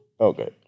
Okay